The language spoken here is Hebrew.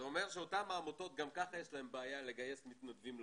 זה אומר שלאותן העמותות גם ככה יש בעיה לגייס מתנדבים לנושא,